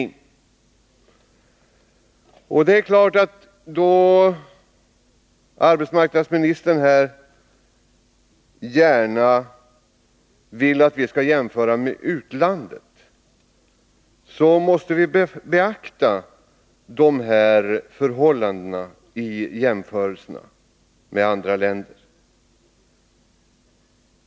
Arbetsmarknadsministern vill att vi gärna skall jämföra med utlandet. Men vi måste i jämförelserna med andra länder beakta dessa förhållanden.